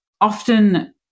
often